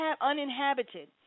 uninhabited